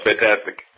fantastic